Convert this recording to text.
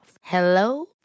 Hello